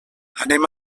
anem